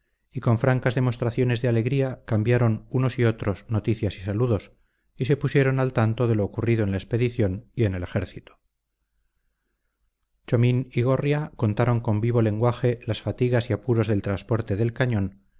y con francas demostraciones de alegría cambiaron unos y otros noticias y saludos y se pusieron al tanto de lo ocurrido en la expedición y en el ejército chomín y gorria contaron con vivo lenguaje las fatigas y apuros del transporte del cañón